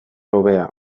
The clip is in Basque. hobea